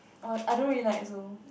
orh I don't really like also